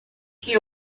que